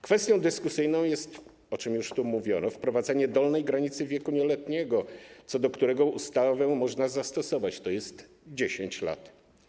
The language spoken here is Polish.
Kwestią dyskusyjną jest, o czym już tu mówiono, wprowadzenie dolnej granicy wieku nieletniego co do którego ustawę można zastosować, tj. 10 lat.